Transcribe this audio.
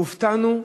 הופתענו,